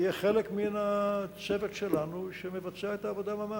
יהיה חלק מן הצוות שלנו שמבצע את העבודה ממש.